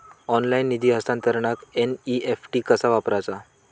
Online निधी हस्तांतरणाक NEFT कसा वापरायचा?